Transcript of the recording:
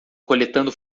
coletando